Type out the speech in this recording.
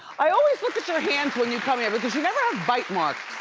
i always look at your hands when you come here because you never have bite marks.